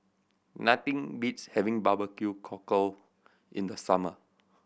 nothing beats having barbecue cockle in the summer